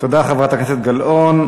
תודה, חברת הכנסת גלאון.